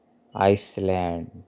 Iceland